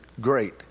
great